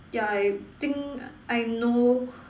yeah I think I know